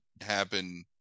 happen